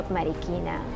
Marikina